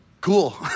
cool